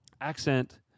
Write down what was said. Accent